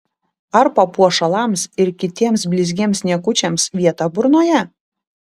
ar papuošalams ir kitiems blizgiems niekučiams vieta burnoje